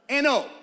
NO